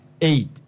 aid